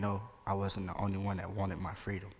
know i wasn't the only one i wanted my freedom